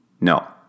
No